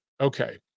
Okay